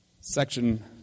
section